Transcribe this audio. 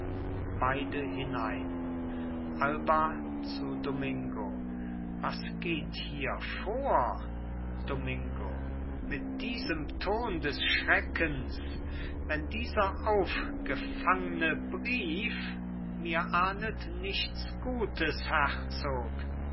beide hinein alba zu domingo was geht hier vor domingo mit diesem ton des schreckens wenn dieser aufgefangne brief mir ahndet nichts gutes